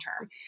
term